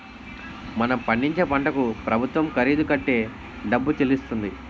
మనం పండించే పంటకు ప్రభుత్వం ఖరీదు కట్టే డబ్బు చెల్లిస్తుంది